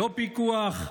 לא פיקוח,